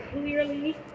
clearly